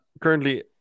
currently